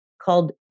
called